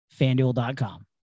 FanDuel.com